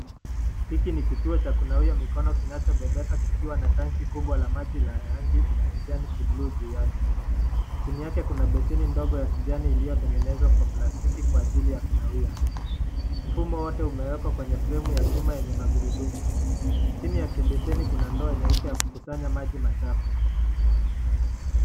Hiki ni kituo cha kunawia mikono kinachobebeka kikiwa na tanki kubwa la maji la rangi la kijani kibluu juu yake ,chini yake kuna beseni ndogo ya kijani iliyo tengenezwa kwa plastiki kwa ajili ya kunawia, mfumo wote umewekwa kwenye fremu ya chuma yenye magurudumu, chini ya kibeseni kuna ndoo nyeupe ya kukusanya maji machafu.